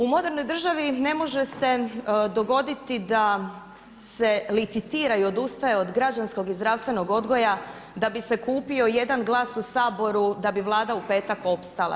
U modernoj državi ne može se dogoditi da se licitira i odustaje od građanskog i zdravstvenog odgoja da bi se kupio jedan glas u Saboru da bi Vlada u petak opstala.